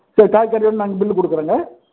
சரி காய் கடைலேருந்து நாங்கள் பில்லு கொடுக்குறோங்க